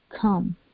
come